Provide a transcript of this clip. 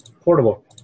portable